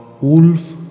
Wolf